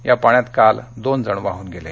या पाण्यात काल दोनजण वाहून गेले